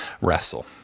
wrestle